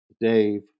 Dave